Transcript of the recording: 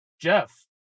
Jeff